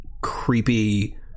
creepy